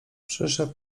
przyszedł